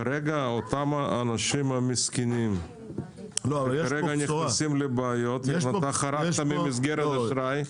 כרגע אותם אנשים מסכנים נכנסים לבעיות כי כל כך חורגים ממסגרת האשראי.